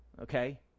okay